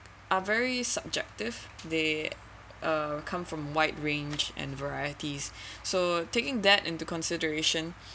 are very subjective they uh come from wide range and varieties so taking that into consideration